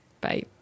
Bye